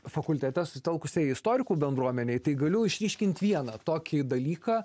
fakultete susitelkusiai istorikų bendruomenei tai galiu išryškint vieną tokį dalyką